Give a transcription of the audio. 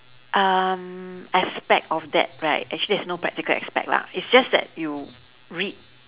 um aspect of that right actually there's no practical aspect lah it's just that you read